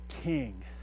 king